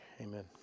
Amen